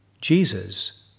Jesus